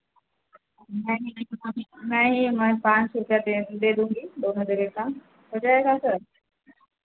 नहीं नहीं नहीं मैं यहाँ पाँच सौ रुपया दे दे दूँगी दोनों जगह का हो जाएगा सर